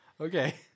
Okay